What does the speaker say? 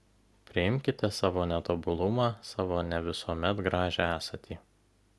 priimkite savo netobulumą savo ne visuomet gražią esatį